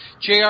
Jr